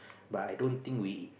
but I don't think we